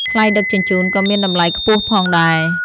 ថ្លៃដឹកជញ្ជូនក៏មានតម្លៃខ្ពស់ផងដែរ។